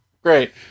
great